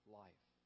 life